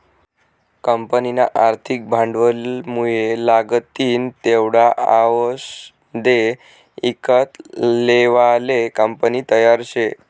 कंपनीना आर्थिक भांडवलमुये लागतीन तेवढा आवषदे ईकत लेवाले कंपनी तयार शे